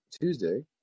Tuesday